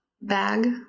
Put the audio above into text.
bag